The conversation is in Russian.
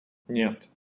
нет